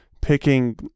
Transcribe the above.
picking